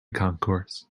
concourse